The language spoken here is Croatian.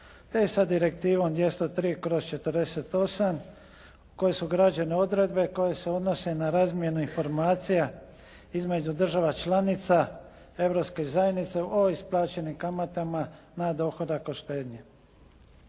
te sa Direktivom 203/48 koje su ugrađene odredbe koje se odnose na razmjenu informacija između država članica Europske zajednice o isplaćenim kamatama na dohodak od štednje.